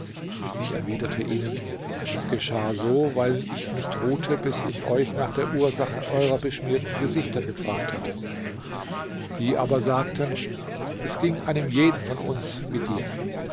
ich erwiderte ihnen es geschah so weil ich nicht ruhte bis ich euch nach der ursache eurer beschmierten gesichter gefragt hatte sie aber sagten es ging einem jeden von uns wie dir